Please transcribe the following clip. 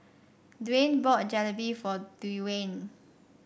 Dwaine bought Jalebi for Dewayne